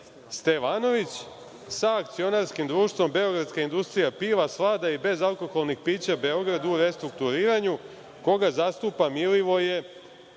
Stevanović, sa akcionarskim društvom „Beogradska industrija piva, slada i bezalkoholnih pića“ Beograd, u restrukturiranju, koga zastupa Milivoje